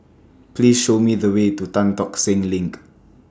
Please Show Me The Way to Tan Tock Seng LINK